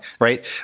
right